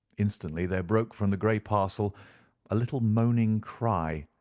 instantly there broke from the grey parcel a little moaning cry,